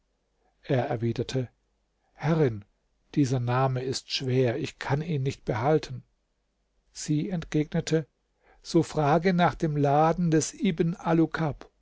er erwiderte herrin dieser name ist schwer ich kann ihn nicht behalten sie entgegnete so frage nach dem laden des ibn alukab